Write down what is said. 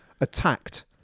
attacked